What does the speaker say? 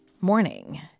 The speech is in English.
Morning